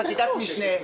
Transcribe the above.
חקיקת משנה,